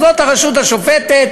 זאת הרשות השופטת,